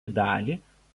dalį